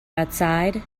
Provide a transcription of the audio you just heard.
outside